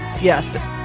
yes